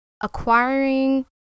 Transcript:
Acquiring